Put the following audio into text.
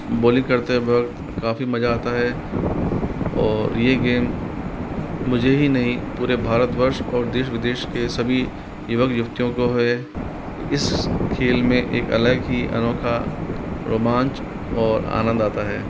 bowling करते वक़्त काफ़ी मज़ा आता है और ये गेम मुझे ही नहीं पूरे भारत वर्ष और देश विदेश के युवा व्यक्तियों को है इस खेल में एक अलग ही अनोखा रोमांच और आनंद आता है